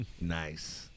Nice